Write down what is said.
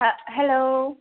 हा हेल'